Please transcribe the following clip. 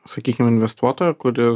sakykim investuotojo kuri